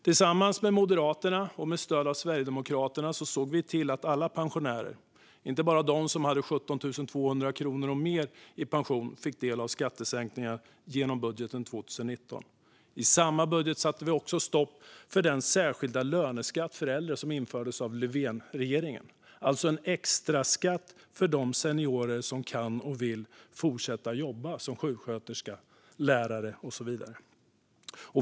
Tillsammans med Moderaterna och med stöd av Sverigedemokraterna såg vi till att alla pensionärer, inte bara de med en pension över 17 200 kronor, fick del av skattesänkningar genom budgeten 2019. I samma budget satte vi också stopp för den särskilda löneskatt för äldre som infördes av Löfvenregeringen, alltså extraskatten för de seniorer som kan och vill fortsätta jobba som sjuksköterskor, lärare och så vidare.